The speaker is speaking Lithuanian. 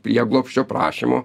prieglobsčio prašymų